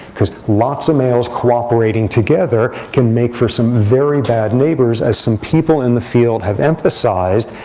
because lots of males cooperating together can make for some very bad neighbors. as some people in the field have emphasized,